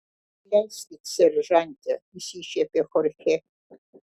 atleiskit seržante išsišiepė chorchė